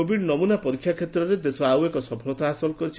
Covid ନମ୍ରନା ପରୀକ୍ଷା କ୍ଷେତ୍ରରେ ଦେଶ ଆଉ ଏକ ସଫଳତା ହାସଲ କରିଛି